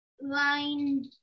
line